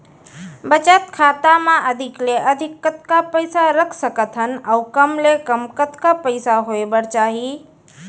बचत खाता मा अधिक ले अधिक कतका पइसा रख सकथन अऊ कम ले कम कतका पइसा होय बर चाही?